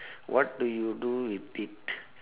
what do you do with it